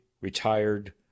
retired—